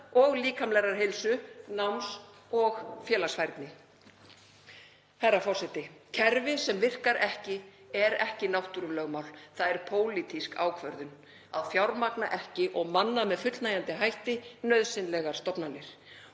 og líkamlegrar heilsu, náms og félagsfærni. Herra forseti. Kerfi sem virkar ekki er ekki náttúrulögmál. Það er pólitísk ákvörðun að fjármagna ekki og manna með fullnægjandi hætti nauðsynlegar stofnanir